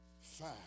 five